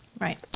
Right